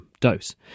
dose